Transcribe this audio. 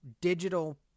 digital